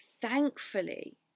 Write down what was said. thankfully